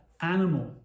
animal